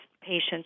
patients